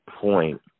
point